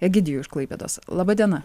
egidijų iš klaipėdos laba diena